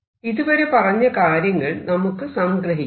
ഇതുവരെ പറഞ്ഞ കാര്യങ്ങൾ നമുക്ക് സംഗ്രഹിക്കാം